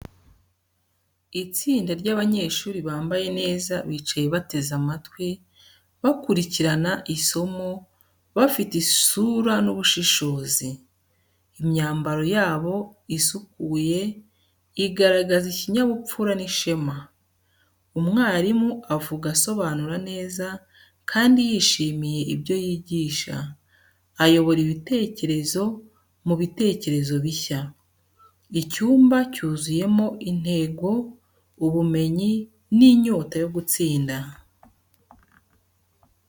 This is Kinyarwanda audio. Itsinda ry’abanyeshuri bambaye neza bicaye bateze amatwi, bakurikirana isomo, bafite isura y’ubushishozi. Imyambaro yabo isukuye igaragaza ikinyabupfura n’ishema. Umwarimu avuga asobanura neza, kandi yishimiye ibyo yigisha, ayobora ibitekerezo mu bitekerezo bishya. Icyumba cyuzuyemo intego, ubumenyi, n’inyota yo gutsinda.